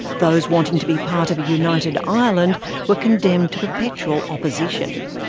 those wanting to be part of a united ireland were condemned to perpetual opposition.